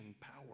power